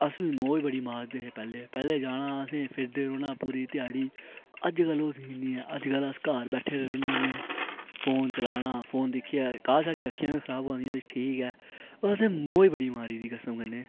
अस बी मौज बड़ी मारदे पैहलें जाना असें फिरदे रौहना पूरी ध्याड़ी अजकल ओह् सीन नेईं ऐ अजकल अस घर बैठे दे रौहन्ने होन्ने फोन दिक्खियै तां गे साढ़ी अक्खी बी खराब होआ दियां पर आसें मौज बड़ी मारी दी कसम कन्नै